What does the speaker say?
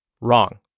Wrong